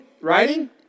writing